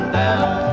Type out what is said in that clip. down